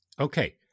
Okay